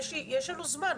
יש לנו זמן.